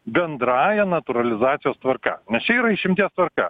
bendrąja natūralizacijos tvarka nes čia yra išimties tvarka